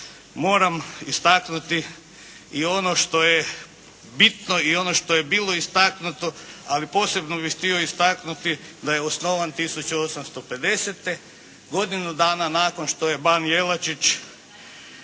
moram istaknuti i ono što je bitno i ono što je bilo istaknuto ali posebno bih htio istaknuti da je osnovan 1850. godinu dana nakon što je ban Jelačić,